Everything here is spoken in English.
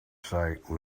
site